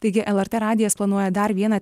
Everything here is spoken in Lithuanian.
taigi lrt radijas planuoja dar vieną